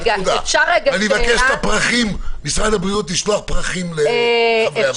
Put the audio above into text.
אני מציע שמשרד הבריאות ישלח פרחים לחברי הוועדה.